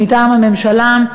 מטעם הממשלה.